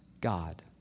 God